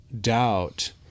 doubt